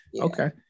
Okay